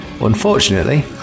Unfortunately